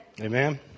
Amen